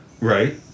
Right